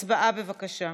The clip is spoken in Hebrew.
הצבעה, בבקשה.